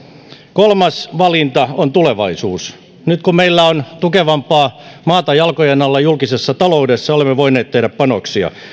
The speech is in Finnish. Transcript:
kolmas valinta on tulevaisuus nyt kun meillä on tukevampaa maata jalkojen alla julkisessa taloudessa olemme voineet tehdä panoksia